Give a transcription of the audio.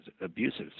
abusive